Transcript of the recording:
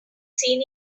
seen